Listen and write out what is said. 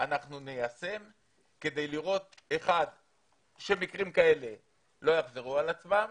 אנחנו ניישם כדי לראות שמקרים כאלה לא יחזרו על עצמם